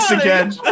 again